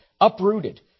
uprooted